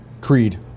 Creed